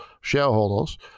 shareholders